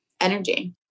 energy